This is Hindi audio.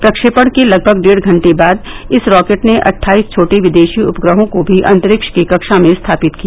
प्रक्षेपण के लगभग डेढ़ घंटे बाद इसरॉकेट ने अट्टाईस छोटे विदेशी उपग्रहों को भी अंतरिक्ष की कक्षा में स्थापित किया